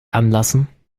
anlassen